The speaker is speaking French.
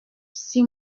six